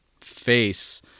face